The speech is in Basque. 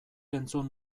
entzun